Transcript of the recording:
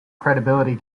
credibility